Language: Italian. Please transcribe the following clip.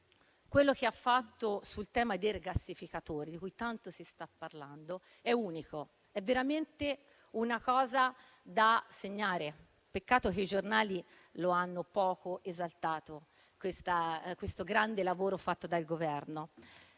Governo ha fatto sul tema dei rigassificatori, di cui tanto si sta parlando, è unico, è veramente una cosa da segnare: peccato che i giornali abbiano poco esaltato il grande lavoro fatto dal Governo.